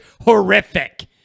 horrific